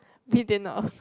we did not